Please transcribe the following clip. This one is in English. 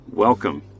Welcome